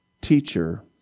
teacher